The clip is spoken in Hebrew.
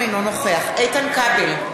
נגד איתן כבל,